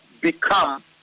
become